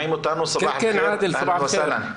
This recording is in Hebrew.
סבאח אלח'יר, אהלן וסהלן.